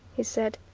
he said.